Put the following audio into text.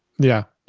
yeah,